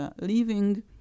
leaving